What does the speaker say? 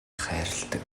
хайрладаг